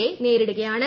യെ നേരിടുകയാണ്